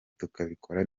tukabikora